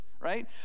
right